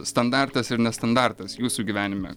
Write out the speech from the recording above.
standartas ir nestandartas jūsų gyvenime